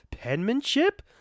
penmanship